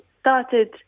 started